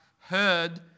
heard